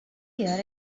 hear